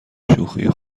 شوخی